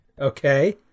Okay